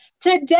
today